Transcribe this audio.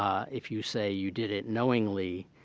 um if you say you did it knowingly,